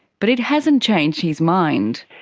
but it hasn't changed his mind.